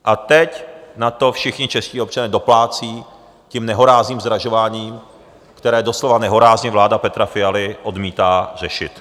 A teď na to všichni čeští občané doplácí tím nehorázným zdražováním, které doslova nehorázně vláda Petra Fialy odmítá řešit.